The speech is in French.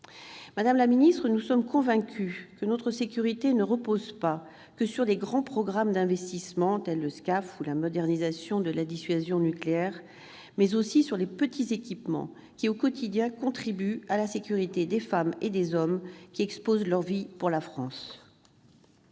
Madame la ministre, nous sommes convaincus que notre sécurité ne repose pas uniquement sur les grands programmes d'investissement, tels que le SCAF ou la modernisation de la dissuasion nucléaire, mais aussi sur les petits équipements qui, au quotidien, contribuent à la sécurité des femmes et des hommes qui exposent leur vie pour la France.